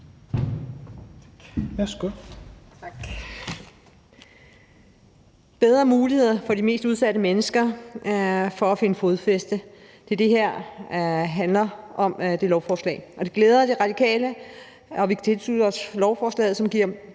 Bedre muligheder for de mest udsatte mennesker for at finde fodfæste handler det her lovforslag om, og det glæder De Radikale, og vi kan tilslutte os lovforslaget, som giver